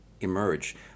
emerge